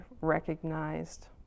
recognized